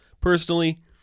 Personally